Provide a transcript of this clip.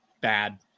bad